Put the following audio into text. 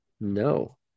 No